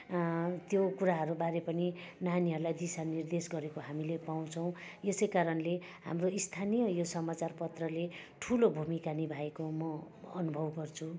त्यो कुराहरू बारे पनि नानीहरूलाई दिशा निर्देश गरेको हामीले पाउँछौँ यसै कारणले हाम्रो स्थानीय यसै कारणले हाम्रो स्थाीय यो समाचारपत्रले ठुलो भूमिका निभाएको म अनुभव गर्छु